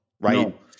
Right